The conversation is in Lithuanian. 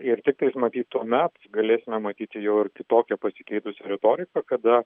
ir tiktais matyt tuomet galėsime matyti jau ir kitokią pasikeitusią retoriką kada